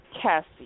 Cassie